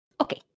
Okay